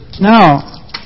Now